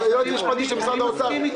והיועץ המשפטי של משרד האוצר לא הסכים.